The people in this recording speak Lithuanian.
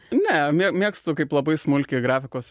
ne mė mėgstu kaip labai smulkiai grafikos